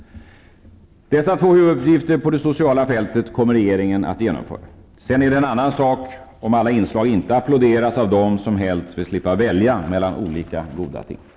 Dessa två huvuduppgifter på det sociala fältet kommer regeringen att genomföra. Sedan är det en annan sak om alla inslag inte applåderas av dem som helst vill slippa välja mella olika goda ting.